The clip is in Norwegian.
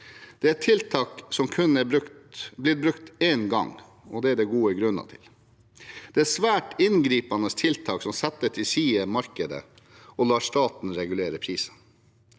Det er et tiltak som kun er brukt én gang, og det er det gode grunner til. Det er et svært inngripende tiltak, som setter markedet til side og lar staten regulere priser.